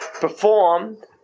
performed